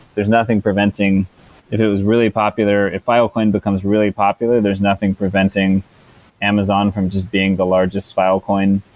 there's nothing preventing it it was really popular if filecoin becomes really popular, there is nothing preventing amazon from just being the largest filecoin